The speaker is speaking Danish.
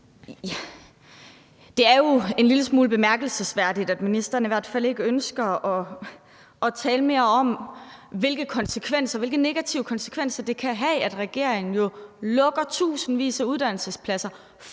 Det er jo en lille smule bemærkelsesværdigt, at ministeren i hvert fald ikke ønsker at tale mere om, hvilke negative konsekvenser det kan have, at regeringen lukker tusindvis af uddannelsespladser,